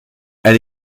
elle